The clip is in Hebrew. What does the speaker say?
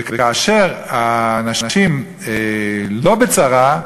וכאשר האנשים לא בצרה,